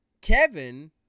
Kevin